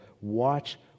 Watch